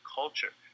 culture